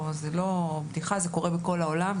זה לא בדיחה, זה קורה בכל העולם.